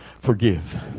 forgive